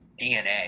dna